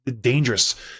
Dangerous